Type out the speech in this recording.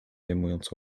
zajmując